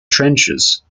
trenches